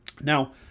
now